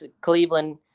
Cleveland